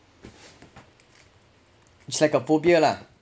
it's like a phobia lah